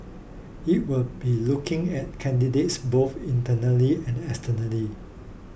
it will be looking at candidates both internally and externally